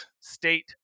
state